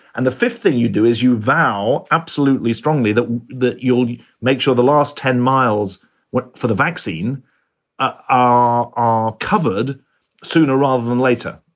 and the fifth thing you do is you vow absolutely strongly that that you'll make sure the last ten miles for the vaccine ah ah ah covered sooner rather than later.